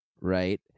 right